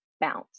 bounce